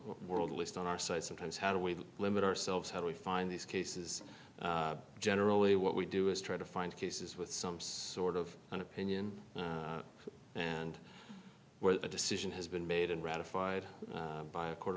world least on our side sometimes how do we limit ourselves how do we find these cases generally what we do is try to find cases with some sort of an opinion and where the decision has been made and ratified by a